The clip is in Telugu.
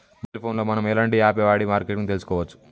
మొబైల్ ఫోన్ లో మనం ఎలాంటి యాప్ వాడి మార్కెటింగ్ తెలుసుకోవచ్చు?